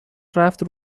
رفت